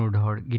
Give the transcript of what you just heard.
sort of her